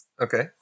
Okay